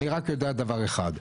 אני רק יודע דבר אחד: